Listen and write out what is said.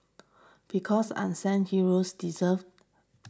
because unsung heroes deserve